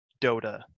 Dota